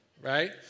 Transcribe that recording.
right